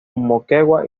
moquegua